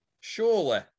surely